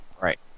Right